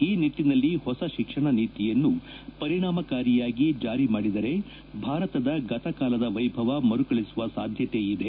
ಈ ನಿಟ್ಟನಲ್ಲಿ ಹೊಸ ಶಿಕ್ಷಣ ನೀತಿಯನ್ನು ಪರಿಣಾಮಕಾರಿಯಾಗಿ ಜಾರಿ ಮಾಡಿದರೆ ಭಾರತದ ಗತಕಾಲದ ವೈಭವ ಮರುಕಳಿಸುವ ಸಾಧ್ವತೆಯಿದೆ